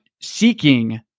seeking